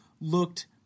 looked